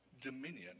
dominion